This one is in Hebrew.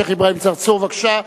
השיח' אברהים צרצור, בבקשה.